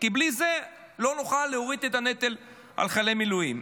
כי בלי זה לא נוכל להוריד את הנטל מחיילי מילואים.